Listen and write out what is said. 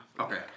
Okay